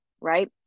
Right